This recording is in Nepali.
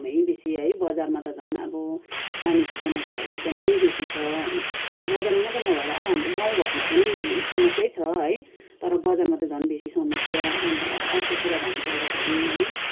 एकदमै बेसी है बजारमा त झन् अब पानीको समस्याहरू एककदमै बेसी छ बजारमा मात्रै नभएर अब हाम्रो गाउँघरमा पनि समस्यै छ है तर बजारमा त झन् बेसी समस्या अन्त अर्को कुरा भन्नुपर्दाखेरि है